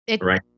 right